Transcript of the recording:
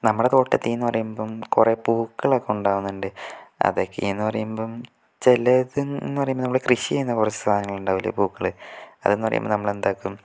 നമ്മുടെ തോട്ടത്തിലെന്ന് പറയുമ്പം കുറെ പൂക്കളൊക്കെ ഉണ്ടാവുന്നുണ്ട് അതൊക്കേന്ന് പറയുമ്പം ചിലതെന്ന് പറയുമ്പം നമ്മള് കൃഷി ചെയ്യുന്ന കുറെ സാധനങ്ങളുണ്ടാവില്ലെ പൂക്കള് അതെന്ന് പറയുമ്പോൾ നമ്മളെന്താക്കും